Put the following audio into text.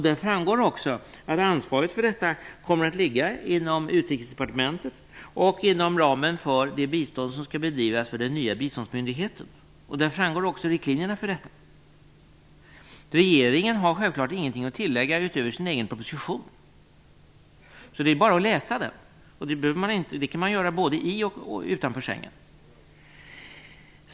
Där framgår också att ansvaret för detta kommer att ligga inom Utrikesdepartementet och inom ramen för det bistånd som skall bedrivas av den nya biståndsmyndigheten. Där framgår också riktlinjerna för detta. Regeringen har självfallet inget att tillägga utöver sin egen proposition. Det är bara att läsa den. Det kan man göra både i och utanför sängen.